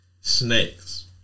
snakes